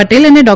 પટેલ અને ડૉ